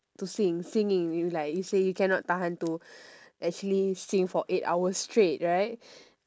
to sing singing you like you say you can not tahan to actually sing for like eight hours straight right